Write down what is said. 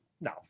No